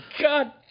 God